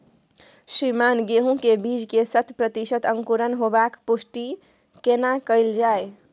श्रीमान गेहूं के बीज के शत प्रतिसत अंकुरण होबाक पुष्टि केना कैल जाय?